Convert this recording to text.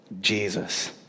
Jesus